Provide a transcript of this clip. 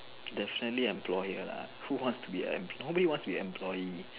definitely employer lah who want to nobody want to be an employee